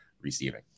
receiving